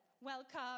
welcome